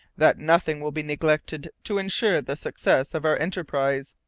that nothing will be neglected to ensure the success of our enterprise.